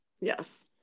Yes